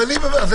אז אני אומר,